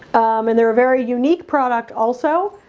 and they're a very unique product also